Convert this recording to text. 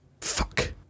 fuck